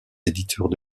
éditeurs